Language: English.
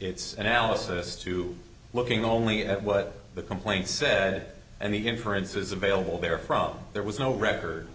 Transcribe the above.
its analysis to looking only at what the complaint said and the inferences available there from there was no record